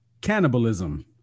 cannibalism